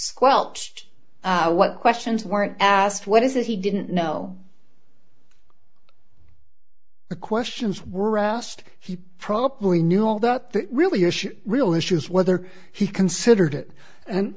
squelched what questions weren't asked what is it he didn't know the questions were asked he probably knew all that that really issues real issues whether he considered it and